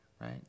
right